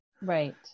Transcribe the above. Right